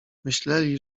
myśleli